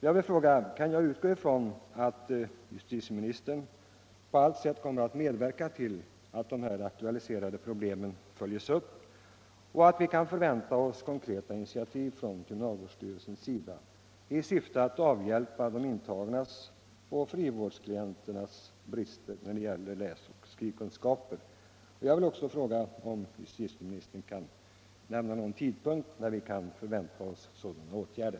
Jag vill fråga: Kan jag utgå ifrån att justitieministern på allt sätt kommer att medverka till att de aktualiserade problemen följs upp och att vi kan förvänta oss konkreta initiativ från kriminalvårdsstyrelsens sida i syfte att avhjälpa de intagnas och frivårdsklienternas brister när det gäller läsoch skrivkunskaper? Jag vill. också fråga om justitieministern kan nämna någon tidpunkt då vi kan förvänta oss sådana åtgärder.